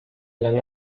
lang